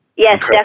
Yes